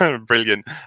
Brilliant